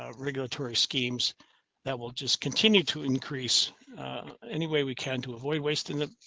ah regulatory schemes that will just continue to increase any way we can to avoid waste in the.